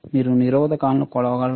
మీరు నిరోధకాలను కొలవగలరా